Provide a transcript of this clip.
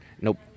Nope